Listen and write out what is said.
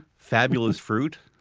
fabulous fruit,